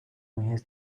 his